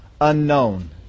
unknown